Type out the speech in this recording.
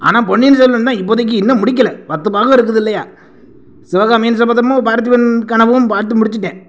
ஆனால் பொன்னியின் செல்வன் தான் இப்போதக்கு இன்னும் முடிக்கல பத்து பாகம் இருக்குது இல்லையா சிவகாமியின் சபதமும் பார்த்திபன் கனவும் பார்த்து முடிச்சிவிட்டேன்